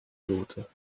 daughter